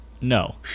No